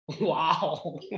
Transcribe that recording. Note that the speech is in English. Wow